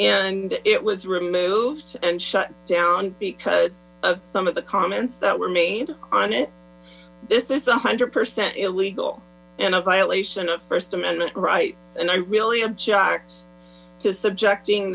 and it was removed and shut down because of some of the comments that were made on it this is one hundred percent illegal and a violation of first amendment right and i really object to subjecting